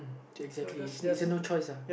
exactly is a is a no choice lah